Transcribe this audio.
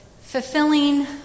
fulfilling